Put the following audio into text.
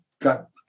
got